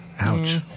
Ouch